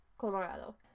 Colorado